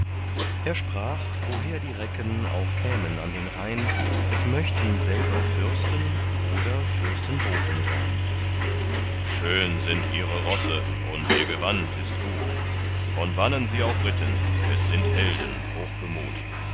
er sprach woher die recken auch kämen an den rhein es möchten selber fürsten oder fürstenboten sein schön sind ihre rosse und ihr gewand ist gut von wannen sie auch ritten es sind helden